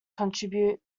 contribute